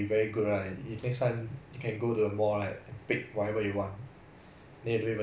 I I think if you wish food is free right nobody can earn anything anymore